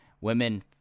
women